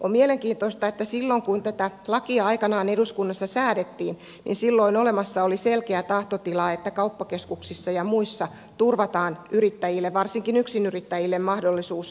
on mielenkiintoista että silloin kun tätä lakia aikanaan eduskunnassa säädettiin olemassa oli selkeä tahtotila että kauppakeskuksissa ja muissa turvataan yrittäjille varsinkin yksinyrittäjille mahdollisuus vapaaseen